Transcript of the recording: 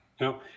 no